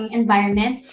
environment